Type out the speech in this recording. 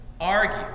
argue